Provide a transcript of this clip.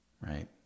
right